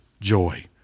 joy